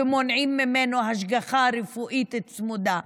מונעים ממנו השגחה רפואית צמודה.